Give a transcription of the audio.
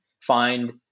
find